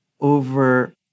over